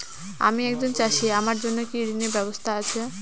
আমি একজন চাষী আমার জন্য কি ঋণের ব্যবস্থা আছে?